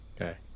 Okay